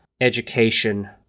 education